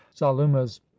saluma's